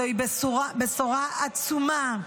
זוהי בשורה עצומה,